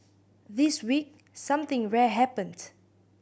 this week something rare happened